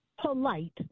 polite